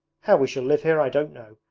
how we shall live here i don't know.